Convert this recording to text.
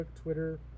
Twitter